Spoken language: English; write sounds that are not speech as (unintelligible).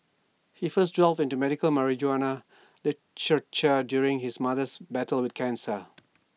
he first delved into medical marijuana (unintelligible) during his mother's battle with cancer